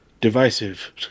divisive